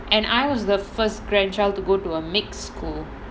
and I was the first grandchild to go to a mix